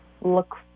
Look